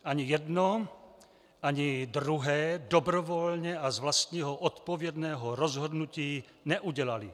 Ani jedno, ani druhé dobrovolně a z vlastního odpovědného rozhodnutí neudělali.